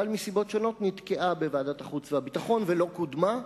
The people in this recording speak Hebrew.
אבל מסיבות שונות נתקעה בוועדת החוץ והביטחון ולא קודמה,